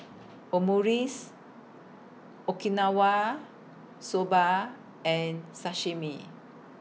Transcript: Omurice Okinawa Soba and Sashimi